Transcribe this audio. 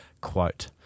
quote